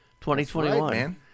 2021